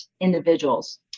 individuals